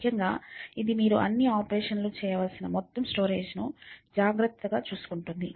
ముఖ్యంగా ఇది మీరు అన్ని ఆపరేషన్ లను చేయవలసిన మొత్తం స్టోరేజ్ ను జాగ్రత్తగా చూసుకుంటుంది